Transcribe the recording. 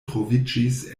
troviĝis